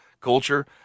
culture